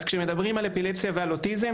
כשמדברים על אפילפסיה ועל אוטיזם,